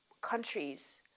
countries